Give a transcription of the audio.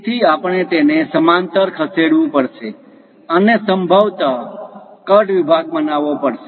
તેથી આપણે તેને સમાંતર ખસેડવું પડશે અને સંભવત કટ વિભાગ બનાવવો પડશે